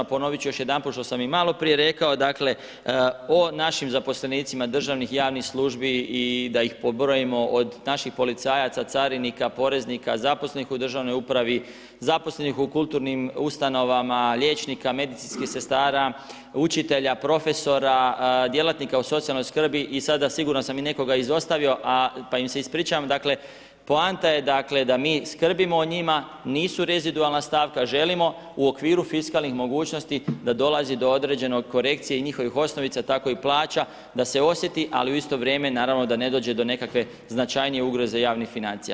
Ponovit ću još jedanput, što sam i maloprije rekao, dakle, o našim zaposlenicima državnih i javnih službi i da ih pobrojimo od naših policajaca, carinika, poreznika, zaposlenih u državnoj upravi, zaposlenih u kulturnim ustanovama, liječnika, medicinskih sestara učitelja, profesora, djelatnika u socijalnoj skrbi i sada sigurno sam i nekoga izostavio, pa im se ispričavam, dakle, poanta je dakle da mi skrbimo o njima nisu rezidualna stavka želimo u okviru fiskalnih mogućnosti da dolazi do određene korekcije i njihovih osnovica tako i plaća, da se osjeti ali u isto vrijeme naravno da ne dođe do nekakve značajnije ugroze javnih financija.